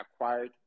acquired